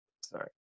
Sorry